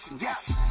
Yes